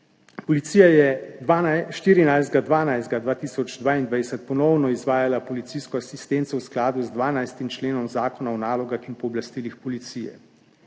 Policija je 14. 12. 2022 ponovno izvajala policijsko asistenco v skladu z 12. členom Zakona o nalogah in pooblastilih policije.